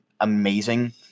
amazing